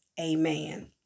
Amen